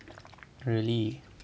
really